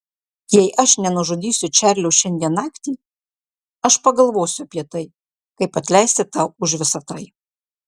jei aš nenužudysiu čarlio šiandien naktį aš pagalvosiu apie tai kaip atleisti tau už visą tai